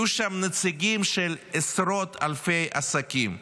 יהיו שם נציגים של עשרות אלפי עסקים,